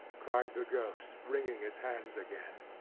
cried the ghost, wringing its hands again.